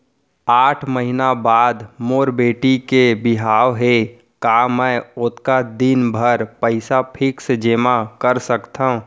आठ महीना बाद मोर बेटी के बिहाव हे का मैं ओतका दिन भर पइसा फिक्स जेमा कर सकथव?